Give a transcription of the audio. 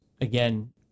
again